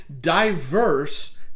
diverse